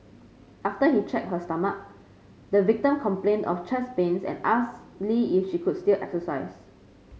after he checked her stomach the victim complained of chest pains and asked Lee if she could still exercise